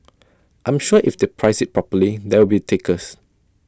I'm sure if they price IT properly there will be takers